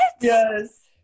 yes